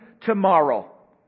tomorrow